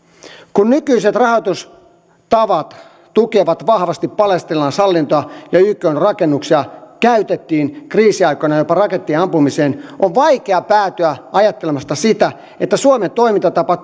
kun nykyiset rahoitustavat tukevat vahvasti palestiinalaishallintoa ja ykn rakennuksia käytettiin kriisiaikoina jopa rakettien ampumiseen on vaikea päätyä ajattelemasta sitä että suomen toimintatapa